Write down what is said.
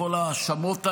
לכל ההאשמות האלה,